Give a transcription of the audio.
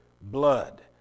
blood